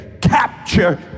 capture